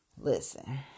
Listen